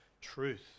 truth